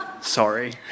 Sorry